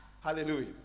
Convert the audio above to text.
hallelujah